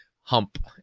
hump